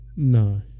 No